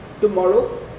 tomorrow